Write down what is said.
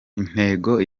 intego